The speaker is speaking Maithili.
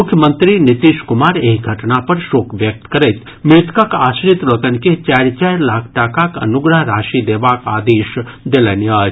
मुख्यमंत्री नीतीश कुमार एहि घटना पर शोक व्यक्त करैत मृतकक आश्रित लोकनि के चारि चारि लाख टाकाक अनुग्रह राशि देबाक आदेश देलनि अछि